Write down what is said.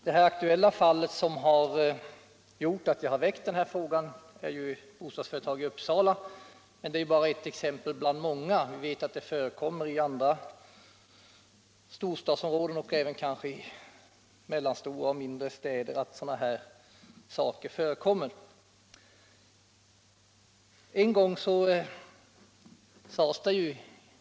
Det fall som gjorde att jag väckte frågan gäller ett bostadsföretag i Uppsala, men det är bara ett exempel bland många — vi vet att liknande metoder används av bostadsföretag i andra storstadsområden och kanske även i mellanstora och mindre städer.